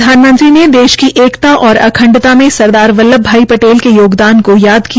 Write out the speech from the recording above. प्रधानमंत्री ने देश की एकता और अखंडता में सरदार वल्ल्भ भाई पटेल के योगदान को याद किया